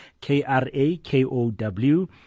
k-r-a-k-o-w